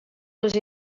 les